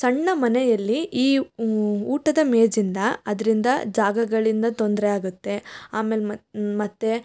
ಸಣ್ಣ ಮನೆಯಲ್ಲಿ ಈ ಊಟದ ಮೇಜಿಂದ ಅದರಿಂದ ಜಾಗಗಳಿಂದ ತೊಂದರೆ ಆಗುತ್ತೆ ಆಮೇಲೆ ಮತ್ತು